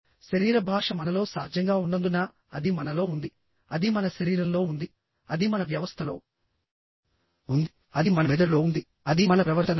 శరీర భాష మనలో సహజంగా ఉన్నందున అది మనలో ఉంది అది మన శరీరంలో ఉంది అది మన వ్యవస్థలో ఉంది అది మన మెదడులో ఉంది అది మన ప్రవర్తనలో ఉంది